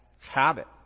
habit